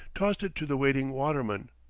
tossed it to the waiting waterman.